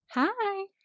hi